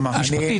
ממש.